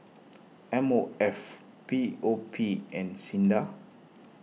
M O F P O P and Sinda